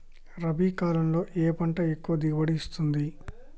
రబీ కాలంలో ఏ పంట ఎక్కువ దిగుబడి ఇస్తుంది?